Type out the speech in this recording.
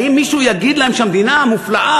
האם מישהו יגיד להם שהמדינה המופלאה